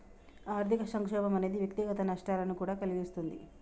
ఆర్థిక సంక్షోభం అనేది వ్యక్తిగత నష్టాలను కూడా కలిగిస్తుంది